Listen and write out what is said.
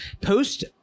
post-